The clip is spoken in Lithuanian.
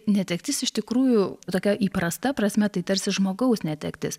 netektis iš tikrųjų tokia įprasta prasme tai tarsi žmogaus netektis